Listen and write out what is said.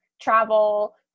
travel